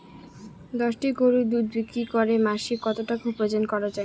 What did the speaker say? দশটি গরুর দুধ বিক্রি করে মাসিক কত টাকা উপার্জন করা য়ায়?